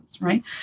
right